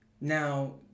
Now